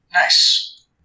Nice